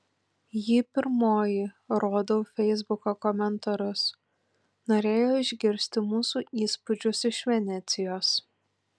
ji pirmoji rodau feisbuko komentarus norėjo išgirsti mūsų įspūdžius iš venecijos